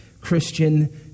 Christian